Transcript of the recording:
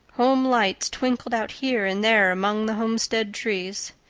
home lights twinkled out here and there among the homestead trees.